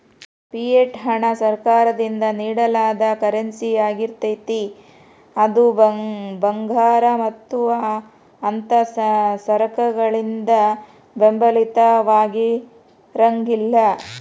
fiat ಹಣ ಸರ್ಕಾರದಿಂದ ನೇಡಲಾದ ಕರೆನ್ಸಿಯಾಗಿರ್ತೇತಿ ಅದು ಭಂಗಾರ ಮತ್ತ ಅಂಥಾ ಸರಕಗಳಿಂದ ಬೆಂಬಲಿತವಾಗಿರಂಗಿಲ್ಲಾ